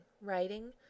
writing